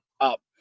up